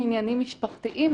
מעניינים משפחתיים,